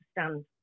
understand